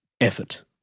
effort